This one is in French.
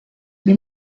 les